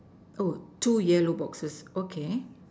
oh two yellow boxes okay